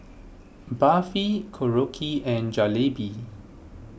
Barfi Korokke and Jalebi